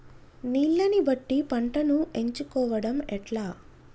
నీళ్లని బట్టి పంటను ఎంచుకోవడం ఎట్లా?